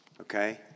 Okay